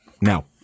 now